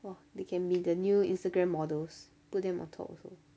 !wah! they can be the new instagram models put them on top also